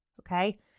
okay